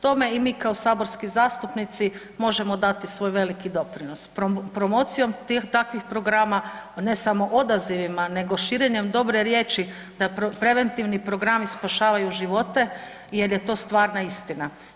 Tome i mi kao saborski zastupnici možemo dati svoj veliki doprinos promocijom takvih programa, ne samo odazivima nego širenjem dobre riječi da preventivni programi spašavaju živote jer je to stvarna istina.